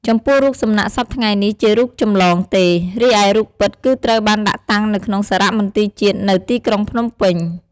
ចំពោះរូបសំណាក់សព្វថ្ងៃនេះជារូបចំលងទេ រីឯរូបពិតគឺត្រូវបានដាក់តាំងនៅក្នុងសារមន្ទីរជាតិនៅទីក្រុងភ្នំពេញ។